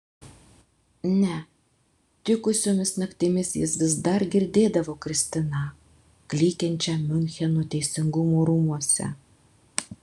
ne tikusiomis naktimis jis vis dar girdėdavo kristiną klykiančią miuncheno teisingumo rūmuose